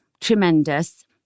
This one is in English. tremendous